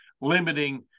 limiting